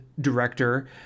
director